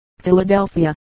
Philadelphia